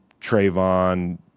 Trayvon